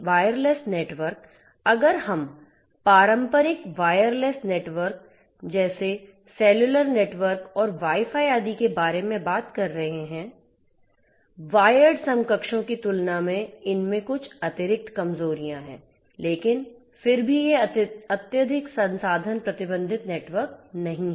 wireless network अगर हम पारंपरिक वायरलेस नेटवर्क जैसे सेलुलर नेटवर्क और वाई फाई आदि के बारे में बात कर रहे हैं वायर्ड समकक्षों की तुलना में इनमें कुछ अतिरिक्त कमजोरियां हैं लेकिन फिर भी ये अत्यधिक संसाधन प्रतिबंधित नेटवर्क नहीं हैं